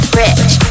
rich